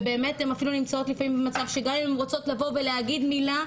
ובאמת הן אפילו נמצאות לפעמים במצב שגם אם הן רוצות לבוא ולהגיד מילה,